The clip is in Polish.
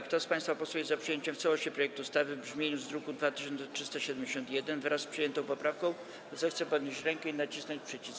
Kto z państwa posłów jest za przyjęciem w całości projektu ustawy w brzmieniu z druku nr 2371, wraz z przyjętą poprawką, zechce podnieść rękę i nacisnąć przycisk.